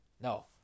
No